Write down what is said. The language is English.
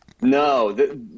No